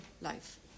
life